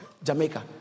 Jamaica